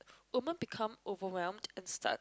woman become overwhelmed and start